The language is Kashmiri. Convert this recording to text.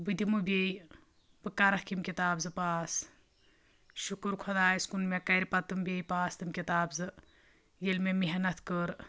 بہٕ دِمہٕ بیٚیہِ بہٕ کَرَکھ یِم کِتاب زٕ پاس شُکر خۄدایَس کُن مےٚ کَرِ پَتہٕ تِم بیٚیہِ پاس تِم کِتاب زٕ ییٚلہِ مےٚ محنت کٔر